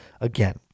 Again